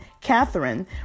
Catherine